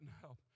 help